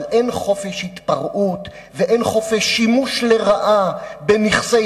אבל אין חופש התפרעות ואין חופש שימוש לרעה בנכסי